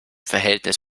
verhältnis